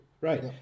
Right